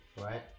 right